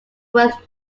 worth